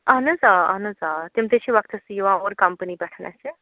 اہن حظ آ اہَن حظ آ تِم تے چھِ وَقتَسٕے یِوان اورٕ کَمپٔنی پٮ۪ٹھ اَسہِ